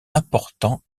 important